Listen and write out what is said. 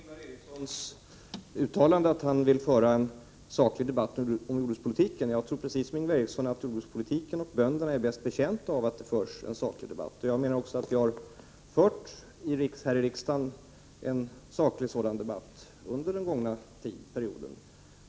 Herr talman! Jag tackar för Ingvar Erikssons uttalande att han vill föra en saklig debatt om jordbrukspolitiken. Jag tror precis som Ingvar Eriksson att jordbrukspolitiken och bönderna är bäst betjänta av att det förs en sådan debatt. Jag menar också att vi här i riksdagen har fört en saklig debatt på detta område under den gångna perioden.